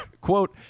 quote